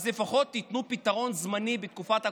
אז לפחות תיתנו פתרון זמני בתקופת הקורונה.